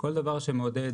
כל דבר שמעודד